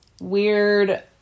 weird